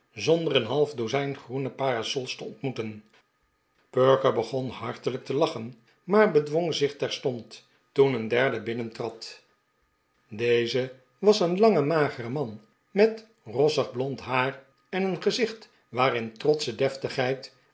zonder een half dozijn groene parasols te ontmoeten perker begon hartelijk te lachen maar bedwong zich terstond toen een derde binnentrad deze was een lange magere man met rossig blond haar en een gezicht waarin trotsche